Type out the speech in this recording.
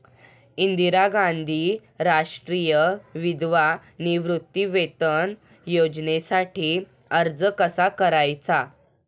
इंदिरा गांधी राष्ट्रीय विधवा निवृत्तीवेतन योजनेसाठी अर्ज कसा करायचा?